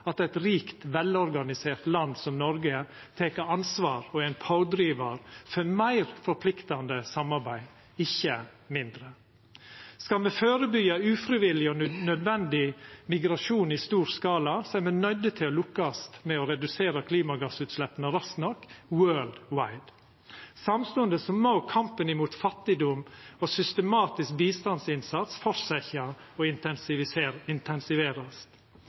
at eit rikt, velorganisert land som Noreg tek ansvar og er ein pådrivar for meir forpliktande samarbeid, ikkje mindre. Skal me førebyggja ufrivillig og nødvendig migrasjon i stor skala, er me nøydde til å lukkast med å redusera klimagassutsleppa raskt nok – «world wide». Samstundes må kampen mot fattigdom og systematisk bistandsinnsats fortsetja og intensiverast.